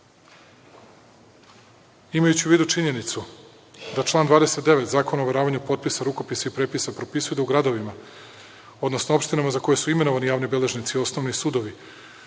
godine. Imajući u vidu činjenicu da član 29. Zakona o overavanju potpisa, rukopisa i prepisa propisuje da u gradovima, odnosno opštinama za koje su imenovani javni beležnici, osnovni sudovi,